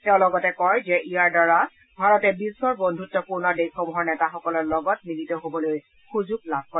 তেওঁ লগতে কয় যে ইয়াৰ দ্বাৰা ভাৰতে বিশ্বৰ বন্ধুত্পূৰ্ণ দেশসমূহৰ নেতাসকলৰ লগত মিলিত হ'বলৈ সুযোগ লাভ কৰে